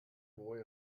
hohe